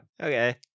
Okay